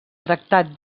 tractat